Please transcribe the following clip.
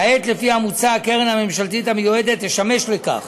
כעת, לפי המוצע, הקרן הממשלתית המיועדת תשמש לכך.